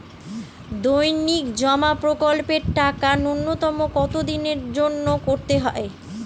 দৈনিক জমা প্রকল্পের টাকা নূন্যতম কত দিনের জন্য করতে হয়?